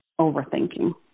overthinking